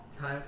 time